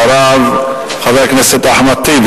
ואחריו, חבר הכנסת אחמד טיבי.